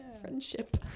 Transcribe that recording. friendship